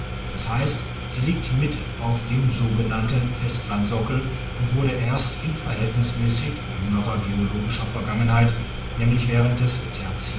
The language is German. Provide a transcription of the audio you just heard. d h sie liegt mit auf dem sogenannten festlandsockel und wurde erst in verhältnismässig junger geologischer vergangenheit nämlich während des